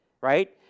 right